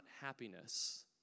happiness